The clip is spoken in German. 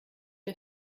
der